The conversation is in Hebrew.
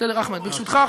ברשותך,